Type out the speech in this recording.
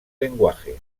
lenguaje